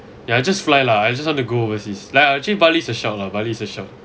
ya I just fly lah I just want to go overseas like actually bali is a shout lah bali is a shout